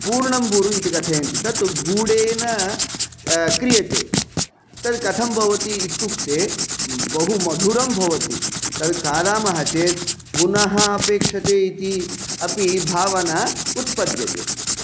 पूर्णम्बूरु इति कथयन्ति तत्तु गूडेन क्रियते तद् कथं भवति इत्युक्ते बहु मधुरं भवति तद् कादामः चेत् पुनः अपेक्षते इति अपि भावना उत्पद्यते